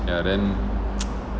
ya then